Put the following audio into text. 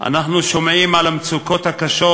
אנחנו שומעים על המצוקות הקשות,